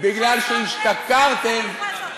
מה הקשר?